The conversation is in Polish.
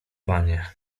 panie